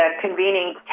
convening